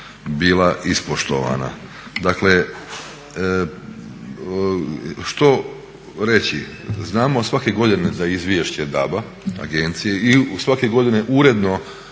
bila ispoštovana. Dakle, što reći? Znamo svake godine za izvješće DAB-a, agencije i svake godine uredno